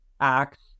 acts